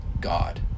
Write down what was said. god